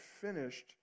finished